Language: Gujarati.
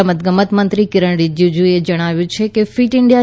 રમતગમત મંત્રી કિરણ રિજીજુએ જણાવ્યું છે કે ફિટ ઈન્ડિયા